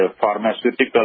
pharmaceutical